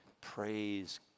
praise